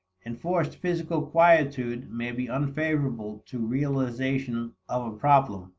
enforced physical quietude may be unfavorable to realization of a problem,